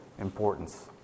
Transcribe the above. importance